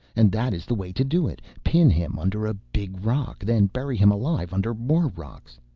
and that is the way to do it. pin him under a big rock, then bury him alive under more rocks.